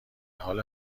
حال